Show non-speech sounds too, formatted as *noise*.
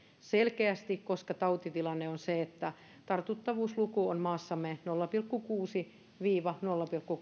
koska tautitilanne on se että tartuttavuusluku on maassamme nolla pilkku kuusi viiva nolla pilkku *unintelligible*